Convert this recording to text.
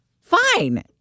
Fine